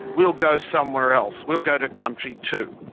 we'll go somewhere else we'll go to country two.